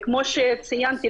כמו שציינתי,